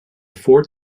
four